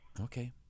Okay